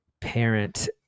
parent